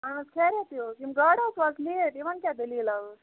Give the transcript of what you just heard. اَہن حظ خیریَتھٕے اوس یِم گاڈٕ حظ وٲژٕ لیٹ یِمَن کیٛاہ دٔلیٖلا ٲسۍ